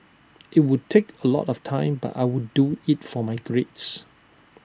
IT would take A lot of time but I would do IT for my grades